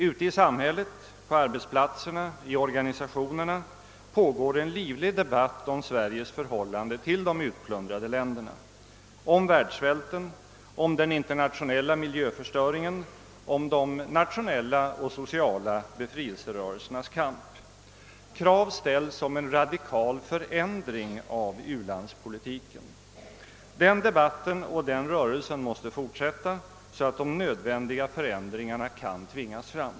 Ute i samhället, på arbetsplatserna, i organisationerna pågår en livlig debatt om Sveriges förhållande till de utplundrade länderna, om världssvälten, om den internationella miljöförstöringen, om de nationella och sociala befrielserörelsernas kamp. Krav ställs på en radikal förändring av u-landspolitiken. Denna debatt måste fortsätta så att de nödvändiga förändringarna kan tvingas fram.